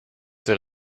der